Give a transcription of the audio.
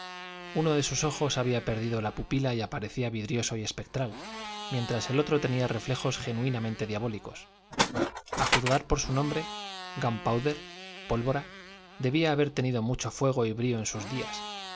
uno de sus ojos había perdido la pupila y aparecía vidrioso y espectral mientras el otro tenía reflejos genuinamente diabólicos a juzgar por su nombre gunpowder pólvora debía haber tenido mucho fuego y brío en sus días